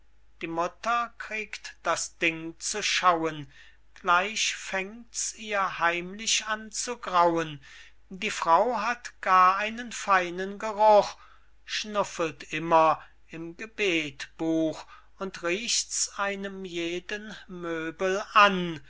die mutter kriegt das ding zu schauen gleich fängt's ihr heimlich an zu grauen die frau hat gar einen feinen geruch schnuffelt immer im gebetbuch und riecht's einem jeden möbel an